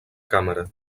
càmera